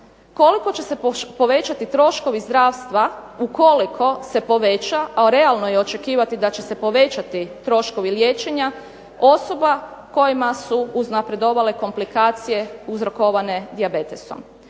koliko će se povećati troškovi zdravstva ukoliko se poveća a realno je očekivati da će se povećati troškovi liječenja osoba kojima su uznapredovale komplikacije uzrokovane dijabetesom?